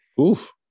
Oof